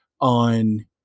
on